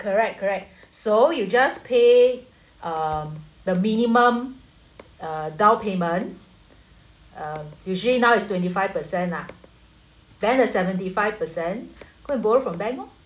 correct correct so you just pay um the minimum uh down payment um usually now it's twenty five percent ah then the seventy five percent go and borrow from bank loh